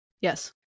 Yes